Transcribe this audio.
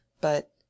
But—